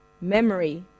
memory